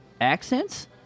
accents